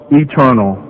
eternal